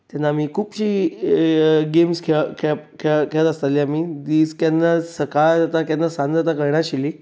तेन्ना आमी खुबशीं गेम्स खेळत आसतालीं दीस केन्ना सकाळ जाता केन्ना सांज जाता कळनाशिल्ली